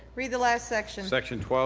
read the last section. section